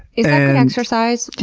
yeah and exercise,